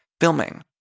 filming